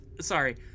sorry